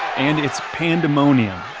and it's pandemonium,